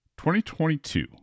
2022